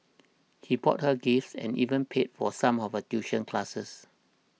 he bought her gifts and even paid for some of her tuition classes